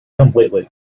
completely